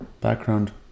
background